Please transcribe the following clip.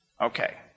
Okay